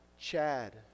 Chad